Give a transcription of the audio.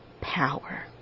power